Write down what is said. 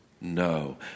No